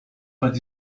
but